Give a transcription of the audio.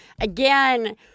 again